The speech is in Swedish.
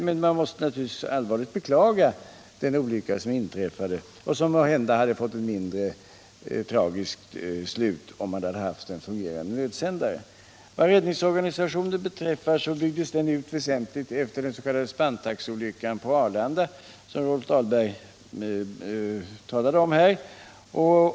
Men man måste naturligtvis allvarligt beklaga den olycka som inträffade och som måhända hade fått ett mindre tragiskt slut om det hade funnits en fungerande nödsändare i flygplanet. Om skyldigheten att medföra nödsändare på flygplan in : olyckan på Arlanda som Rolf Dahlberg talade om.